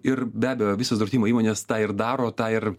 ir be abejo visos draudimo įmonės tą ir daro tą ir